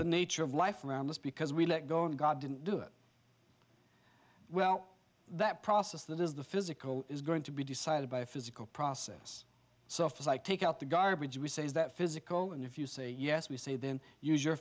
the nature of life around us because we let go of god didn't do it well that process that is the physical is going to be decided by a physical process so far as i take out the garbage we say is that physical and if you say yes we say then use your